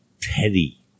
Teddy